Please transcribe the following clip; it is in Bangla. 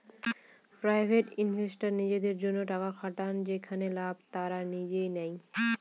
প্রাইভেট ইনভেস্টররা নিজেদের জন্য টাকা খাটান যেটার লাভ তারা নিজেই নেয়